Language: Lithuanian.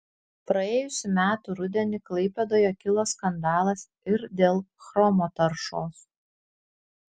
praėjusių metų rudenį klaipėdoje kilo skandalas ir dėl chromo taršos